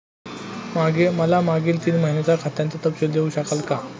मला मागील तीन महिन्यांचा खात्याचा तपशील देऊ शकाल का?